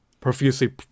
profusely